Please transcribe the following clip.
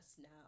now